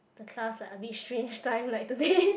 the class like a bit strange time like today